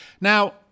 Now